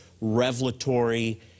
revelatory